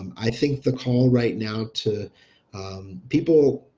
um i think the call right now to people,